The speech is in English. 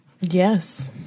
Yes